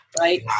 right